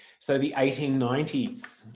so the eighteen ninety s,